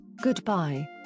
Goodbye